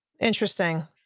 Interesting